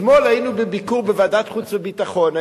אתמול היינו בביקור של ועדת חוץ וביטחון,